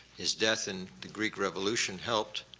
his death in the greek revolution helped.